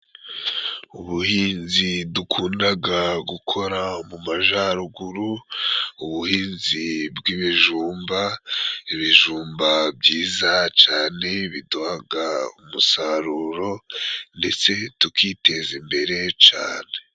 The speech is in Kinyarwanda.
Ubuhinzi dukunda gukora mu Majyaruguru, ubuhinzi bw'ibijumba, ibijumba cyane biduhaga umusaruro, ndetse tukiteza imbere cyane.